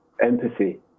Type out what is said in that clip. empathy